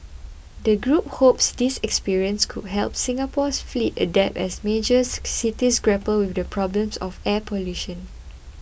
the group hopes this experience could help Singapore's fleet adapt as major cities grapple with the problems of air pollution